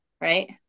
right